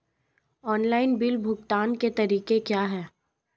Online bill भुगतान के तरीके क्या हैं?